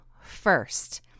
first